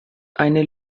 eine